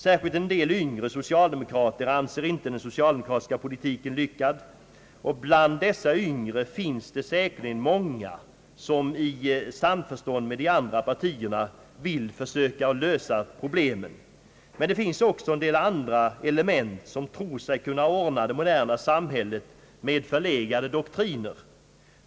Särskilt en del yngre socialdemokrater anser inte den socilademokratiska = politiken «lyckad. Bland dessa yngre finns det säkerligen många som i samförstånd med de andra partierna verkligen vill försöka lösa problemen, men det finns också en del andra element som tror sig kunna ordna det moderna samhället med förlegade doktriner.